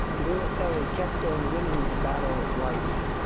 little ellie kept on winning the battle of life.